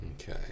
Okay